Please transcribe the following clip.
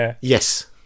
Yes